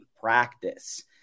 Practice